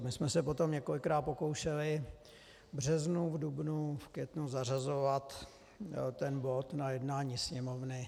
My jsme se potom několikrát pokoušeli v březnu, v dubnu, v květnu zařazovat ten bod na jednání Sněmovny.